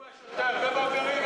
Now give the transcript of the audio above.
מרגרינה,